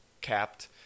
capped